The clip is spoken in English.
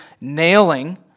nailing